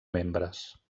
membres